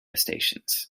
stations